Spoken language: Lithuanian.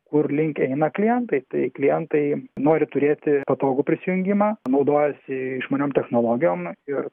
kur link eina klientai tai klientai nori turėti patogų prisijungimą naudojasi išmaniom technologijom ir